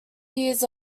years